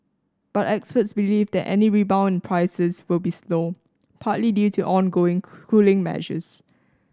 but experts believe that any rebound in prices will be slow partly due to ongoing cool cooling measures